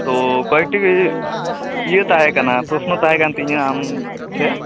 ᱛᱚ ᱠᱚᱭᱮᱠᱴᱤ ᱤᱭᱟᱹ ᱛᱟᱦᱮᱸ ᱠᱟᱱᱟ ᱯᱚᱨᱥᱚᱱᱚ ᱛᱟᱦᱮᱸ ᱠᱟᱱ ᱛᱤᱧᱟᱹ ᱟᱢᱴᱷᱮᱱ